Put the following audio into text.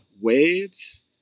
waves